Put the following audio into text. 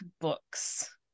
books